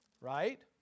Right